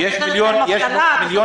שאת נותנת להם דמי אבטלה,